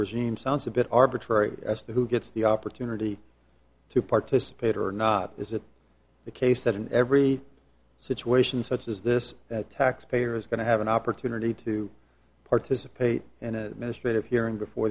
regime sounds a bit arbitrary as to who gets the opportunity to participate or not is it the case that in every situation such as this taxpayer is going to have an opportunity to participate in a ministry of hearing before